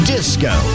Disco